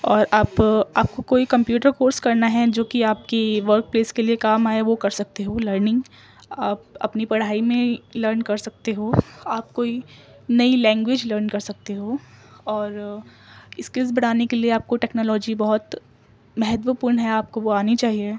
اور آپ آپ کو کوئی کمپیوٹر کورس کرنا ہے جو کہ آپ کی ورکس پلیس کے لیے کام آئے وہ کر سکتے ہو لرننگ آپ اپنی پڑھائی میں لرن کر سکتے ہو آپ کوئی نئی لینگویج لرن کر سکتے ہو اور اسکلس بڑھانے کے لیے آپ کو ٹیکنالوجی بہت مہتو پورن ہے آپ کو وہ آنی چاہیے